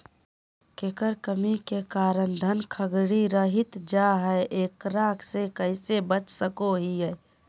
केकर कमी के कारण धान खखड़ी रहतई जा है, एकरा से कैसे बचा सको हियय?